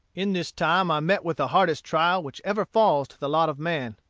in this time i met with the hardest trial which ever falls to the lot of man.